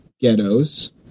ghettos